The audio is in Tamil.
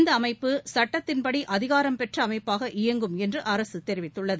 இந்தஅமைப்பு சுட்டத்தின் படி அதிகாரம் பெற்றஅமைப்பாக இயங்கும் என்றுஅரசுதெரிவித்துள்ளது